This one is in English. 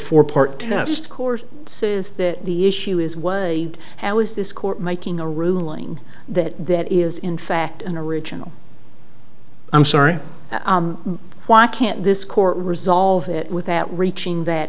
four part test scores so that the issue is way how is this court making a ruling that that is in fact an original i'm sorry why can't this court resolve it without reaching that